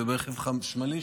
ברכב חשמלי,